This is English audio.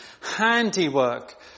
handiwork